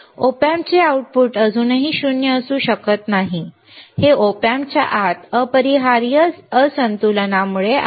Op Amp चे output अजूनही 0 असू शकत नाही हे Op Amp च्या आत अपरिहार्य असंतुलनामुळे आहे